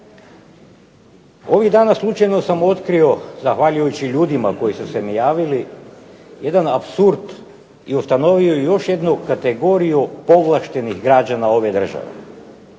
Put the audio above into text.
Ovih dana slučajno sam otkrio, zahvaljujući ljudima koji su se najavili, jedan apsurd i ustanovio još jednu kategoriju povlaštenih građana ove države.